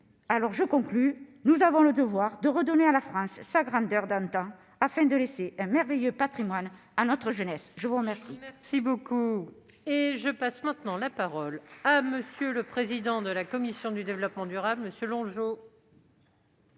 Je conclus : nous avons le devoir de redonner à la France sa grandeur d'antan, afin de laisser un merveilleux patrimoine à notre jeunesse. La parole